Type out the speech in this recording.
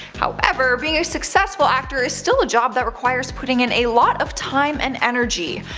however, being a successful actor is still a job that requires putting in a lot of time and energy.